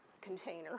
container